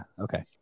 okay